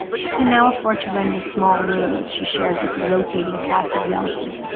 she can now afford to rent a small room, which she shares with a rotating cast of relatives,